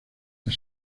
las